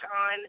on